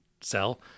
sell